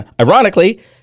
Ironically